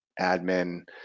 admin